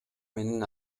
менен